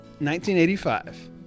1985